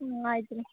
ಹ್ಞೂ ಆಯ್ತು ರೀ